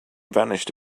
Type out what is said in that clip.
vanished